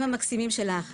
המקסימים שלך,